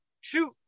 shoot